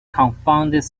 confounded